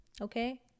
Okay